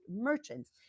merchants